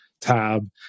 tab